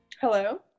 Hello